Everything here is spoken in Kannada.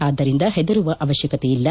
ಆದ್ದರಿಂದ ಹೆದರುವ ಅವಶ್ಲಕತೆಯಿಲ್ಲ